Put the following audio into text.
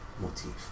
motif